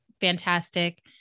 fantastic